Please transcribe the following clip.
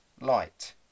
light